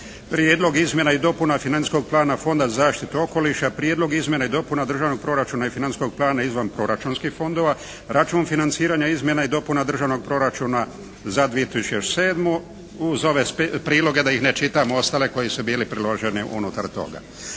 Prijedlog izmjena i dopuna financijskog plana Fonda za zaštitu okoliša, Prijedlog izmjena i dopuna državnog proračuna i financijskog plana izvan proračunskih fondova, račun financiranja izmjena i dopuna državnog proračuna za 2007., uz ove priloge da ih ne čitam ostale koji su bili priloženi unutar toga.